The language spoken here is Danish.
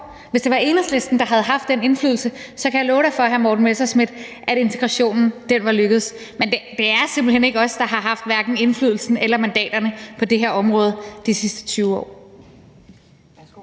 Hvis det var Enhedslisten, der havde haft den indflydelse, så kan jeg love dig for, hr. Morten Messerschmidt, at integrationen var lykkedes. Men det er simpelt hen ikke os, der har haft hverken indflydelsen eller mandaterne på det her område de sidste 20 år.